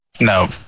No